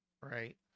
Right